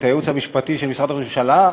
את הייעוץ המשפטי של משרד ראש הממשלה,